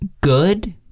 Good